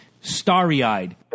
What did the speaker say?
starry-eyed